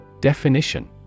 Definition